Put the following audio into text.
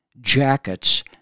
jackets